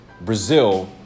Brazil